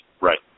Right